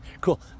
Cool